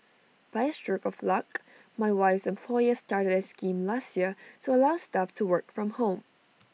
by A stroke of luck my wife's employer started A scheme last year to allow staff to work from home